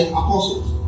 apostles